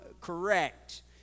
correct